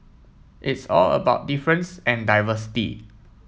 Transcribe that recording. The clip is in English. it's all about difference and diversity